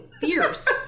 fierce